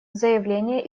заявление